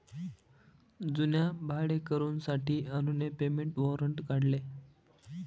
जुन्या भाडेकरूंसाठी अनुने पेमेंट वॉरंट काढले